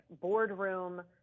boardroom